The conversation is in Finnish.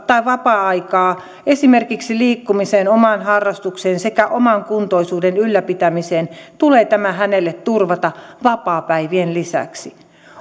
tai vapaa aikaa esimerkiksi liikkumiseen omaan harrastukseen sekä oman kuntoisuuden ylläpitämiseen tulee tämä hänelle turvata vapaapäivien lisäksi